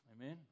Amen